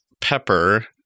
Pepper